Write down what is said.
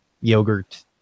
yogurt